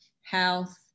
health